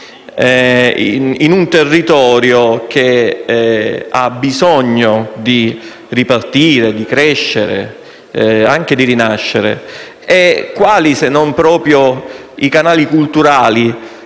in un territorio che ha bisogno di ripartire, di crescere e anche di rinascere. E quali, se non i canali culturali,